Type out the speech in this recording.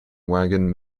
wagon